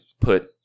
put